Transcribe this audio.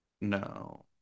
No